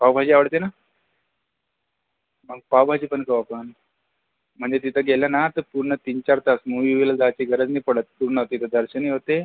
पावभाजी आवडते ना मग पावभाजी पण खाऊ आपण म्हणजे तिथं गेलं ना तर पूर्ण तीन चार तास मुव्ही बिव्हीला जायची गरज नाही पडत पूर्ण तिथे दर्शनही होते